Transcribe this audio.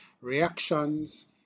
reactions